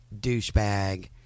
douchebag